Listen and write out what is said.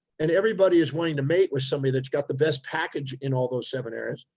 and everybody is wanting to mate with somebody that's got the best package in all those seven areas.